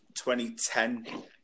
2010